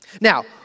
Now